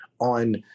on